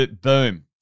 boom